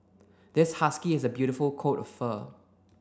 this husky has a beautiful coat of fur